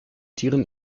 tieren